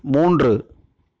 மூன்று